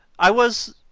i was.